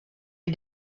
les